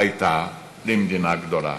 הייתה למדינה גדולה.